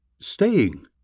Staying